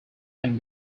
can